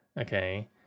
okay